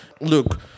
Look